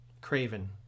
Craven